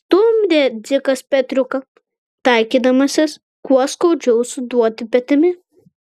stumdė dzikas petriuką taikydamasis kuo skaudžiau suduoti petimi